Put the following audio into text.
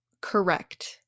correct